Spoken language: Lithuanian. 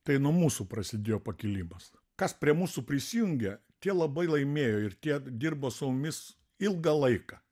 tai nuo mūsų prasidėjo pakilimas kas prie mūsų prisijungė tie labai laimėjo ir tie dirbo su mumis ilgą laiką